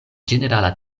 ĝenerala